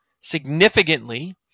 significantly